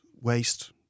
waste